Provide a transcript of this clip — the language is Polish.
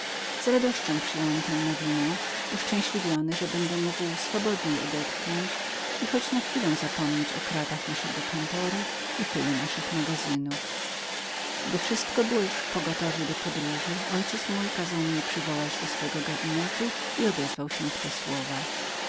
z radością przyjąłem tę nowinę byłem tak szczęśliwy z możności odetchnięcia wolnem powietrzem i choć na chwilę zapomnienia o kratach naszego kantoru i pyle naszych magazynów gdy wszystko było już w pogotowiu do podróży mój ojciec kazał mnie przywołać do swego gabinetu i odezwał się w te słowa